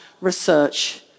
research